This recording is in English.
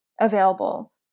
available